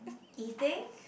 eating